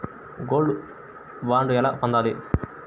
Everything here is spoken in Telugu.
గోల్డ్ బాండ్ ఎలా పొందాలి?